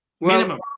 Minimum